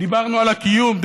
דיברנו על הקיום,